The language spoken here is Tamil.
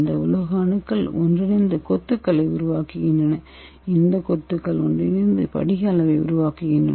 இந்த உலோக அணுக்கள் ஒன்றிணைந்து கொத்துக்களை உருவாக்குகின்றன இந்த கொத்துகள் ஒன்றிணைந்து படிக அளவை உருவாக்குகின்றன